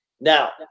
Now